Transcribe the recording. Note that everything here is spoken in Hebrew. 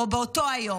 או באותו היום.